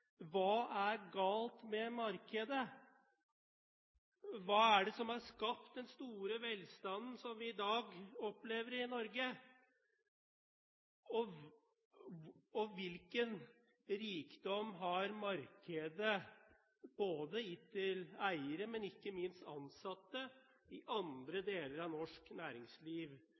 Hva er galt med markedet? Hva er det som har skapt den store velstanden som vi i dag opplever i Norge? Hvilken rikdom har markedet gitt til eiere, men ikke minst til ansatte i andre deler av norsk næringsliv,